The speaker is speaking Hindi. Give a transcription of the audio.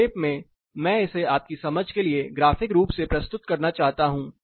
संक्षेप में मैं इसे आपकी समझ के लिए ग्राफिक के रूप में प्रस्तुत करना चाहता हूं